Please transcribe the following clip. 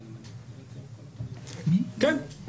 כן.